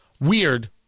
Weird